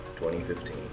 2015